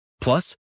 Plus